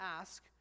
ask